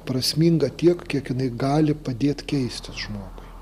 prasminga tiek kiek jinai gali padėt keistis žmogui